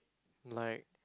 like